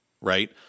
right